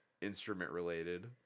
instrument-related